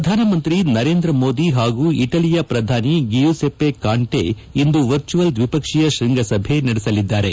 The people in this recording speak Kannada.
ಪ್ರಧಾನಮಂತ್ರಿ ನರೇಂದ್ರ ಮೋದಿ ಹಾಗೂ ಇಟಲಿಯ ಶ್ರಧಾನಿ ಗಿಯುಸೆಪ್ಪೆ ಕಾಂಟೆ ಇಂದು ವರ್ಚುವಲ್ ದ್ವಿಪಕ್ಷೀಯ ಶೃಂಗಸಭೆ ನಡೆಸಲಿದ್ದಾರೆ